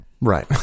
right